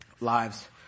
lives